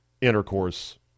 intercourse